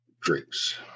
drinks